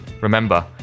Remember